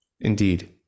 Indeed